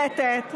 מתורבתת,